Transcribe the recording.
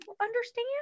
understand